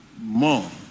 more